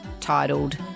titled